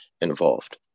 involved